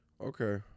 Okay